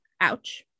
Ouch